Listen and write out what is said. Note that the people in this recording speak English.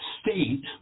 state